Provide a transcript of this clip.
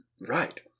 Right